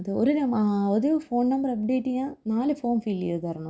ഒരു ഒരു phone number അപ്ഡേറ്റേയ്യാൻ നാല് ഫോം ഫില്ലേയ്ത് തരണോ